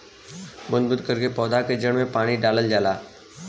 बूंद बूंद करके पौधा के जड़ में पानी डालल जाला